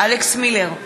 אלכס מילר,